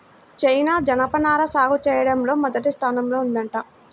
China జనపనార సాగు చెయ్యడంలో మొదటి స్థానంలో ఉందంట